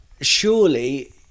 surely